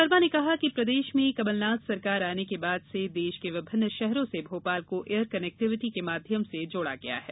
शर्मा ने कहा कि प्रदेश में कमल नाथ सरकार आने के बाद से देश के विभिन्न शहरों से भोपाल को एयर कनेक्टिविटी के माध्यम से जोड़ा गया है